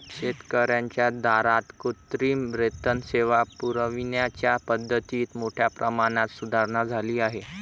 शेतकर्यांच्या दारात कृत्रिम रेतन सेवा पुरविण्याच्या पद्धतीत मोठ्या प्रमाणात सुधारणा झाली आहे